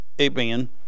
Amen